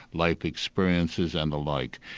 life experiences and the like.